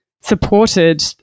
supported